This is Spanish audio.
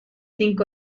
cinco